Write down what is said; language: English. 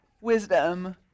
wisdom